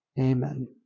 Amen